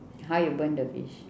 how you burn the fish